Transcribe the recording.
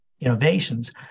innovations